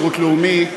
שירות לאומי,